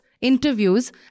interviews